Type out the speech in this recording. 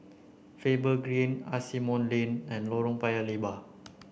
Faber Green Asimont Lane and Lorong Paya Lebar